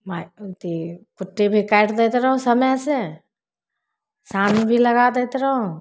अथी कुट्टी भी काटि दैत रहु समय से सानी भी लगा दैत रहु